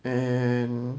and